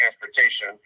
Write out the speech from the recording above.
transportation